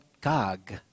Gog